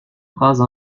phrases